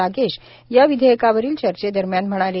रागेश या विधेयकावरील चर्चे दरम्यान म्हणाले